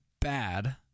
bad